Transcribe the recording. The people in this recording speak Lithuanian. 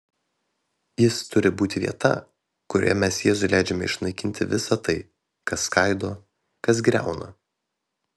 jis turi būti vieta kurioje mes jėzui leidžiame išnaikinti visa tai kas skaido kas griauna